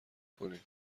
کنین